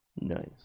Nice